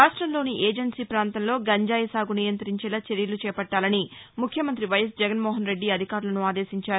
రాష్ట్రంలోని ఏజెన్సీ ప్రాంతంలో గంజాయి సాగు నియంతించేలా చర్యలు చేపట్లాలని ముఖ్యమంత్రి ను వైఎస్ జగన్మోహన్ రెడ్డి అధికారులను ఆదేశించారు